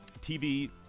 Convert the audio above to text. TV